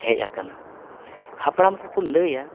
ᱦᱮᱡ ᱟᱠᱟᱱᱟ ᱦᱟᱯᱲᱟᱢ ᱠᱚᱠᱚ ᱞᱟᱹᱭᱟ